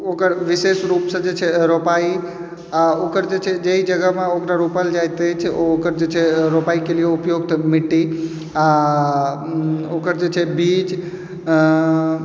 ओकर विशेष रूपसँ जे छै रोपाइ आओर ओकर जे छै जाहि जगहमे ओकरा रोपल जाइत अछि ओकर जे छै रोपाइके लिए उपयोगके मिट्टी आओर ओकर जे छै बीज